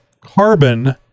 carbon